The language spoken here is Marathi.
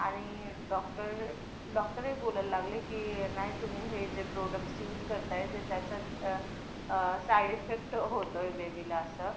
आणि डॉक्टर डॉक्टरही बोलायला लागले की नाही तुम्ही हे जे प्रोडक्टस यूज करताय ते त्याच्या साइड इफेक्ट होतो आहे बेबीला असं